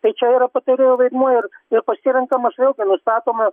tai čia yra patarėjo vaidmuo ir ir pasirenkamas vėlgi nustatoma